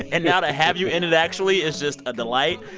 and now to have you in it actually is just a delight.